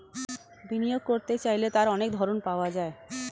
বিনিয়োগ করতে চাইলে তার অনেক ধরন পাওয়া যায়